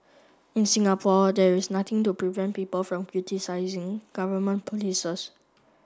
in Singapore there is nothing to prevent people from criticising government polices